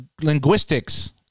linguistics